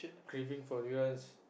craving for durians